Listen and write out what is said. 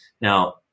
Now